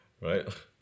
right